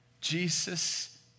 Jesus